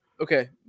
okay